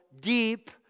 deep